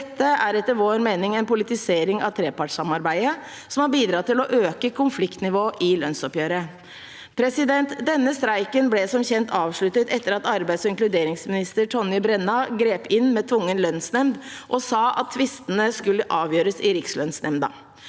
Dette er etter vår mening en politisering av trepartssamarbeidet og har bidratt til å øke konfliktnivået i lønnsoppgjøret. Denne streiken ble, som kjent, avsluttet etter at arbeids- og inkluderingsminister Tonje Brenna grep inn med tvungen lønnsnemnd og sa at tvistene skulle avgjøres i Rikslønnsnemnda.